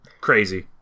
crazy